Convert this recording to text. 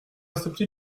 accepter